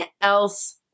else